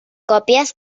còpies